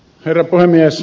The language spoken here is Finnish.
herra puhemies